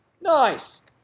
Nice